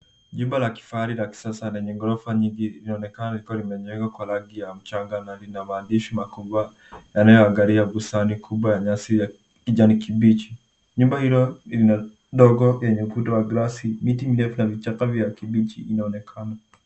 Nyumba la kifahari la kisasa lenye ghorofa nyingi linaonekana likiwa limejengwa kwa rangi ya mchanga na lina maandishi makubwa yanayoangalia bustani kubwa ya nyasi ya kijani kibichi. Nyumba hilo lina dogo yenye ukuta wa glasi, miti mirefu na vichaka vya kibichi inaonekana.